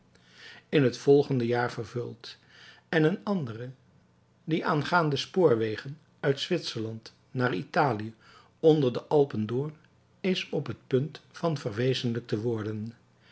in het volgende jaar vervuld en eene andere die aangaande spoorwegen uit zwitserland naar italië onder de alpen door is op het punt van verwezenlijkt te worden